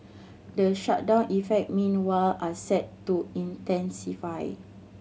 the shutdown effect meanwhile are set to intensify